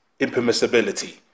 impermissibility